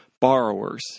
borrowers